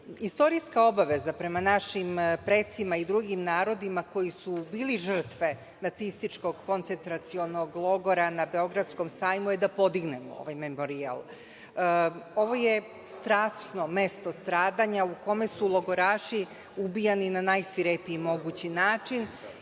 20.veku. Istorijska obaveza prema našim precima i drugim narodima koji su bili žrtve nacističkog koncentracionog logora na Beogradskom sajmu je da podignemo ovaj memorijal. Ovo je strašno mesto stradanja u kome su logoraši ubijani na najsvirepiji mogući način